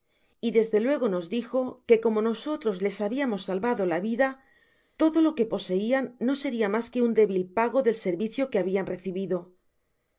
y desde luego nos dijo que como nosotros les habiamos salvado la vida todo lo que poseian no seria mas que un débil pago del servicio que habian recibido